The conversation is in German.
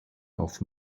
auf